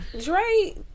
Dre